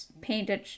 painted